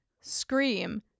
scream